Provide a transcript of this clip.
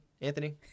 Anthony